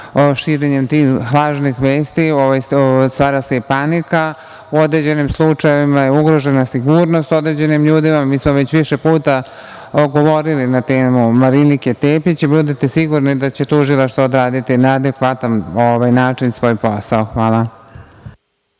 širenjem tih lažnih vesti stvara se panika, u određenim slučajevima je ugrožena sigurnost određenim ljudima. Mi smo već više puta govorili na temu Marinike Tepić. Budite sigurni da će tužilaštvo odraditi na adekvatan način svoj posao. Hvala.